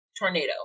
tornado